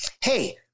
hey